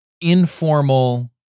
informal